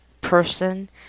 person